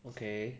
okay